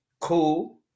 cool